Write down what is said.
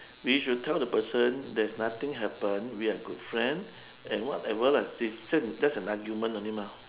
we should tell the person there's nothing happen we are good friend and whatever lah this just just an argument only mah